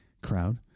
crowd